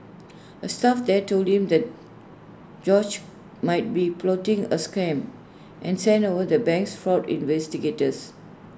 A staff there told him that George might be plotting A scam and sent over the bank's fraud investigators